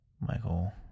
Michael